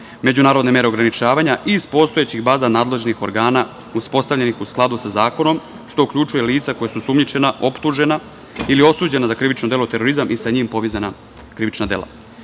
međunarodne mere ograničavanja iz postojeće baze nadležnih organa, u skladu sa zakonom, što uključuje lica koja su osumnjičena, optužena ili osuđena za delo terorizam, i sa njim povezana krivična dela.S